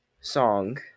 song